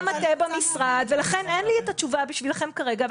המטה במשרד ולכן אין לי את התשובה בשבילכם כרגע,